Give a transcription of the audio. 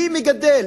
מי מגדל?